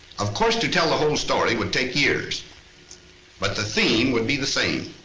of course, to tell the whole story would take years but the theme would be the same,